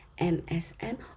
MSM